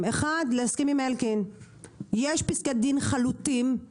סביר להניח שהם גם לא ימצאו דירה באותו